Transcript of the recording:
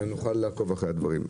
אלא נוכל לעקוב אחרי הדברים.